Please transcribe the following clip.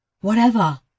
Whatever